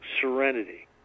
serenity